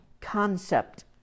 concept